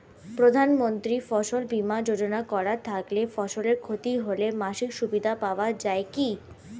প্রধানমন্ত্রী ফসল বীমা যোজনা করা থাকলে ফসলের ক্ষতি হলে মাসিক সুবিধা পাওয়া য়ায় কি?